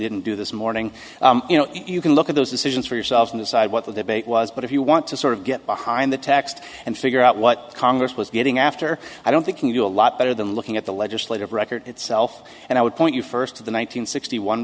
didn't do this morning you know you can look at those decisions for yourselves and decide what the debate was but if you want to sort of get behind the text and figure out what congress was getting after i don't think you do a lot better than looking at the legislative record itself and i would point you first to the one nine hundred sixty one